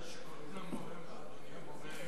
הבעיה שיותר מורים מבקשים,